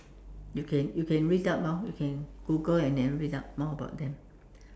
you can you can read up lor you can Google and then read up more about them